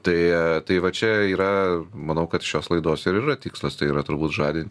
tai tai va čia yra manau kad šios laidos ir yra tikslas tai yra turbūt žadint